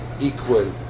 equal